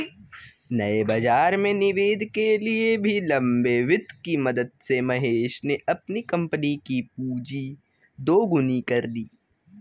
नए बाज़ार में निवेश के लिए भी लंबे वित्त की मदद से महेश ने अपनी कम्पनी कि पूँजी दोगुनी कर ली